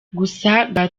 gusa